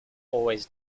always